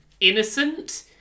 innocent